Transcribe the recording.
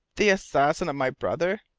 the assassin of my brother!